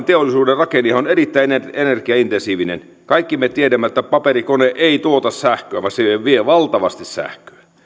teollisuuden rakenne on erittäin energiaintensiivinen kaikki me tiedämme että paperikone ei tuota sähköä vaan se vie valtavasti sähköä